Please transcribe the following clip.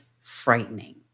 frightening